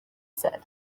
said